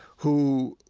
who,